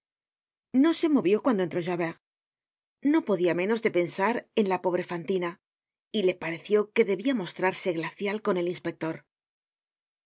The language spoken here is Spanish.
no se movió cuando entró javert no podia menos de pensar en la pobre fantina y le pareció que debia mostrarse glacial con el inspector